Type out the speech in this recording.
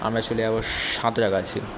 আমরা চলে যাবো সাঁতরাগাছি